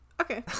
Okay